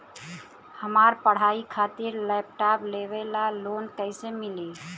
हमार पढ़ाई खातिर लैपटाप लेवे ला लोन कैसे मिली?